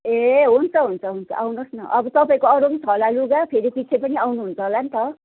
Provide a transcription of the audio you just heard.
ए हुन्छ हुन्छ हुन्छ आउनुहोस् न अब तपाईँको अरू पनि छ होला लुगा फेरि पछि पनि आउनु हुन्छ होला नि त